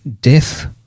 death –